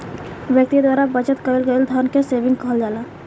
व्यक्ति के द्वारा बचत कईल गईल धन के सेविंग कहल जाला